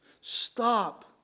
stop